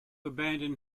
abandon